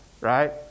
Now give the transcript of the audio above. right